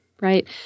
right